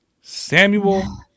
samuel